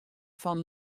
fan